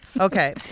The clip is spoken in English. Okay